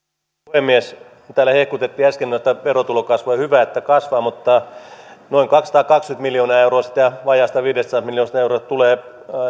puhemies täällä hehkutettiin äsken verotulojen kasvua hyvä että kasvavat mutta noin kaksisataakaksikymmentä miljoonaa euroa siitä vajaasta viidestäsadasta miljoonasta eurosta tulee